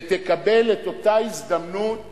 ותקבל את אותה הזדמנות